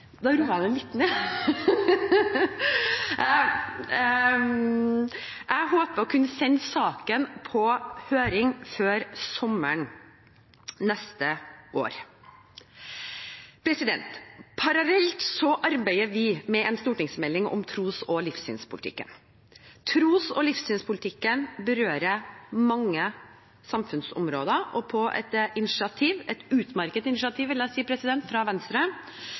Jeg håper å kunne sende saken på høring før sommeren neste år. Parallelt arbeider vi med en stortingsmelding om tros- og livssynspolitikken. Tros- og livssynspolitikken berører mange samfunnsområder, og på et initiativ – et utmerket initiativ, vil jeg si – fra Venstre